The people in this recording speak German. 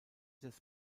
des